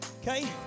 Okay